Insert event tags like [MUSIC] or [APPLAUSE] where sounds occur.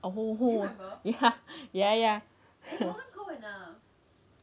oh ya ya ya [BREATH]